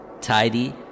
tidy